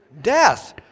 death